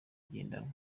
igendanwa